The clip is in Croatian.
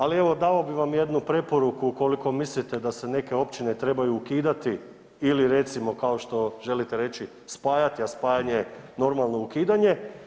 Ali evo dao bi vam jednu preporuku ukoliko mislite da se neke općine trebaju ukidati ili recimo kao što želite reći spajati, a spajanje je normalno ukidanje.